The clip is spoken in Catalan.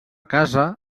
casa